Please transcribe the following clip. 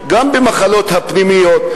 גם במחלקות הפנימיות,